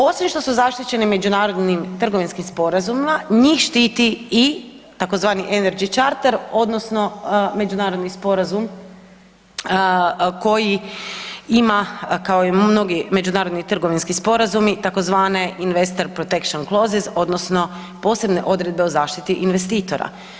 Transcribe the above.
Osim što su zaštićeni međunarodnim trgovinskim sporazumima, njih štiti i tzv. energy charter odnosno međunarodni sporazum koji ima kao i mnogi međunarodni trgovinski sporazumi, tzv. investor protection clauses odnosno posebne odredbe o zaštiti investitora.